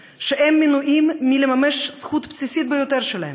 שמנועים מלממש זכות בסיסית ביותר שלהם,